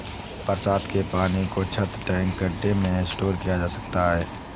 बरसात के पानी को छत, टैंक, गढ्ढे में स्टोर किया जा सकता है